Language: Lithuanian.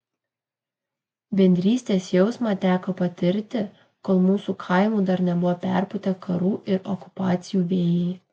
bendrystės jausmą teko patirti kol mūsų kaimų dar nebuvo perpūtę karų ir okupacijų vėjai